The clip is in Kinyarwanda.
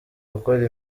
gukora